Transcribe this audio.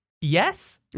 yes